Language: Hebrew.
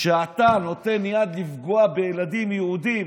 שאתה נותן יד לפגוע בילדים יהודים